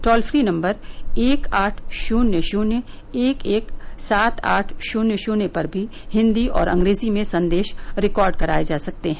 toll free number एक आठ शून्य शून्य एक एक सात आठ शून्य शून्य पर भी हिन्दी और अंग्रेजी में संदेश रिकॉर्ड कराये जा सकते हैं